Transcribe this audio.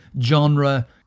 genre